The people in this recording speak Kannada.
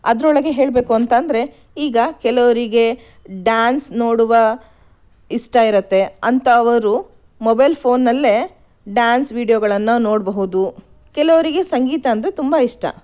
ಅದರೊಳಗೆ ಹೇಳಬೇಕು ಅಂತ ಅಂದರೆ ಈಗ ಕೆಲವರಿಗೆ ಡ್ಯಾನ್ಸ್ ನೋಡುವ ಇಷ್ಟ ಇರತ್ತೆ ಅಂಥವರು ಮೊಬೈಲ್ ಫೋನ್ನಲ್ಲೇ ಡ್ಯಾನ್ಸ್ ವೀಡಿಯೋಗಳನ್ನು ನೋಡಬಹುದು ಕೆಲವರಿಗೆ ಸಂಗೀತ ಅಂದರೆ ತುಂಬ ಇಷ್ಟ